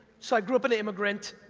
so i grew up an immigrant.